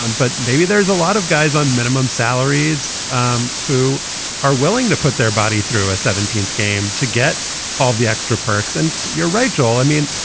um but maybe there's a lot of guys on minimum salaries um who are willing to put their body through a seventeenth game to get all the extra perks. and you're rachel. i mean.